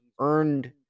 earned